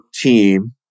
team